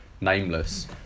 nameless